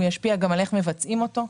הוא ישפיע גם על איך שמבצעים אותו.